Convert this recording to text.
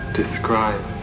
describe